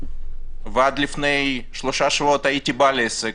עד לפני שלושה שבועות הייתי בעל עסק,